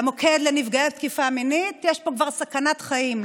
למוקד לנפגעי תקיפה מינית, יש פה כבר סכנת חיים.